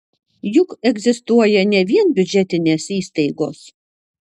juk egzistuoja ne vien biudžetinės įstaigos